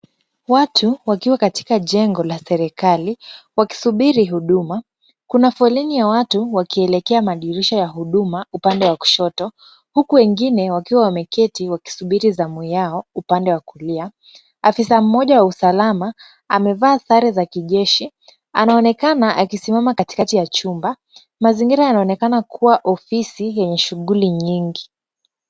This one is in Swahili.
Watu wakiwa katika jengo la serikali, wakisubiri huduma, kuna foleni ya watu wakielekea madirisha ya huduma upande wa kushoto, huku wengine wakiwa wameketi wakisubiri zamu yao upande wa kulia. Afisa mmoja wa usalama amevaa sare za kijeshi anaonekana akisimama katikati ya chumba. Mazingira yanaonekana kuwa ofisi yenye shughuli nyingi.